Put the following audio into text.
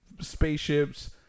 spaceships